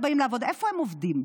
"באים לעבוד" איפה הם עובדים?